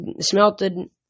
smelted